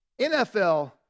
NFL